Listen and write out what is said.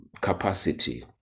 capacity